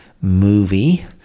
movie